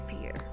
fear